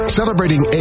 celebrating